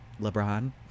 LeBron